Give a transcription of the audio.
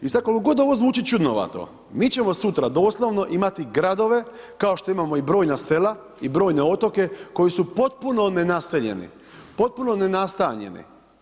I sada koliko god ovo zvuči čudnovato, mi ćemo sutra doslovno imati gradove kao što imamo i brojna sela i brojne otoke koji su potpuno nenaseljeni, potpuno nenastanjeni.